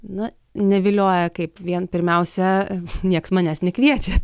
na nevilioja kaip vien pirmiausia nieks manęs nekviečia